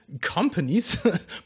companies